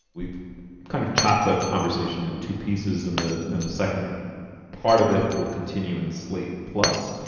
we've kind of chopped the conversation in two pieces and the and the second part of it will continue in slate plus.